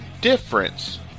difference